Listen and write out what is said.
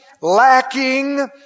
lacking